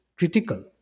critical